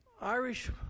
Irish